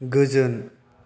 गोजोन